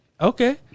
Okay